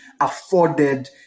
afforded